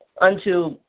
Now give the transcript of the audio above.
unto